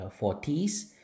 40s